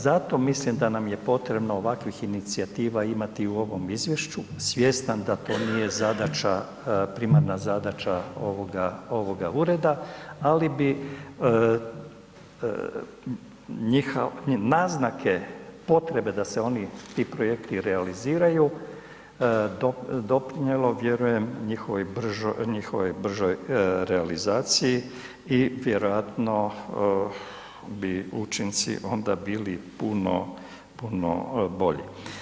Zato mislim da nam je potrebo ovakvih inicijativa imati i u ovom izvješću svjestan da to nije zadaća, primarna zadaća ovoga ureda, ali bi naznake potrebe da se oni, ti projekti realiziraju doprinijelo vjerujem njihovoj bržoj realizaciji i vjerojatno bi učinci onda bili puno, puno bolji.